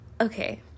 Okay